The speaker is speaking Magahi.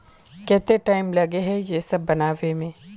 केते टाइम लगे है ये सब बनावे में?